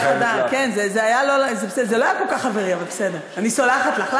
זה לא היה כל כך חברי, אבל בסדר, אני סולחת לך.